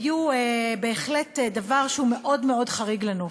היו בהחלט דבר שהוא מאוד מאוד חריג בנוף.